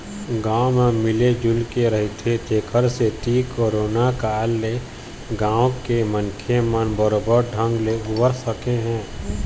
गाँव म मिल जुलके रहिथे तेखरे सेती करोना काल ले गाँव के मनखे मन बरोबर ढंग ले उबर सके हे